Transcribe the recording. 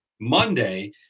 Monday